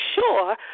sure